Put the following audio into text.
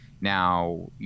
Now